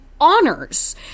honors